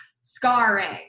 scarring